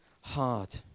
hard